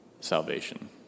salvation